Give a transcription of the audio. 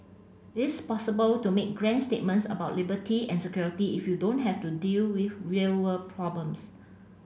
it's possible to make grand statements about liberty and security if you don't have to deal with real world problems